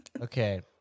Okay